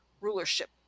rulership